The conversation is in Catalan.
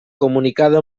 comunicada